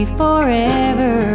forever